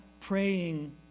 praying